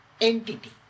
entity